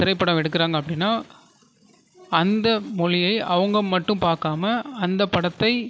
திரைப்படம் எடுக்குறாங்க அப்படினா அந்த மொழியை அவங்க மட்டும் பார்க்காம அந்த படத்தை